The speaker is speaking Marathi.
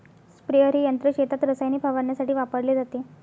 स्प्रेअर हे यंत्र शेतात रसायने फवारण्यासाठी वापरले जाते